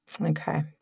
Okay